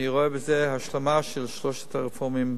אני רואה בזה השלמה של שלוש הרפורמות